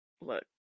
look